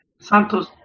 Santos